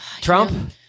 Trump